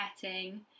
petting